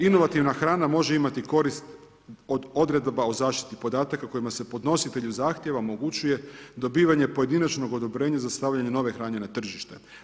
Inovativna hrana može imati korist od odredaba o zaštiti podataka kojima se podnositelju zahtjeva omogućuje dobivanje pojedinačnog odobrenja za stavljanje nove hrane na tržište.